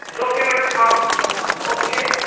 documents હ okay